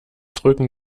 drücken